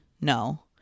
No